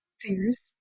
fears